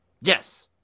Yes